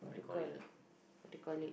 what do you call what do you call it